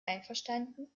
einverstanden